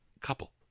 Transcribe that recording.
couple